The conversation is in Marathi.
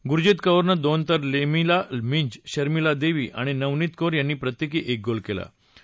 गुरजित कौरनं दोन तर लिलिमा मिंज शर्मिला दद्दी आणि नवनित कौर यांनी प्रत्यक्ती एक गोल कळा